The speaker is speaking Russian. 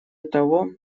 того